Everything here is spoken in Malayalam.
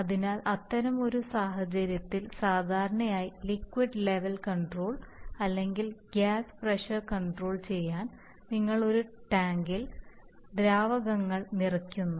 അതിനാൽ അത്തരമൊരു സാഹചര്യത്തിൽ സാധാരണയായി ലിക്വിഡ് ലെവൽ കൺട്രോൾ അല്ലെങ്കിൽ ഗ്യാസ് പ്രഷർ കൺട്രോൾ ചെയ്യാൻ നിങ്ങൾ ഒരു ടാങ്കിൽ ദ്രാവകങ്ങൾ നിറയ്ക്കുന്നു